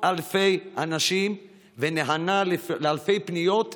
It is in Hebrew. אלפי אנשים ונענה לאלפי פניות יום-יום.